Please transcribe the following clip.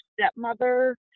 stepmother